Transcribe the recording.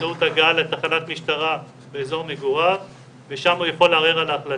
באמצעות הגעה לתחנת משטרה באזור מגוריו ושם הוא יכול לערער על ההחלטה.